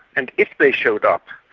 and if they showed up,